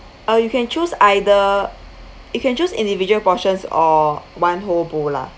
or you can choose either you can choose individual portions or one whole bowl lah